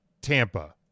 Tampa